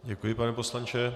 Děkuji, pane poslanče.